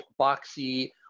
boxy